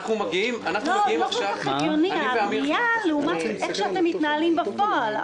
הפנייה לא כל כך הגיונית לעומת איך שאתם מתנהלים בפועל.